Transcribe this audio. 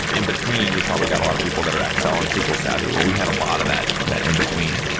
in between, you've probably got a lot of people that are excel and sql savvy. well, we had a lot of that that in between.